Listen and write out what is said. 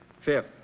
Fifth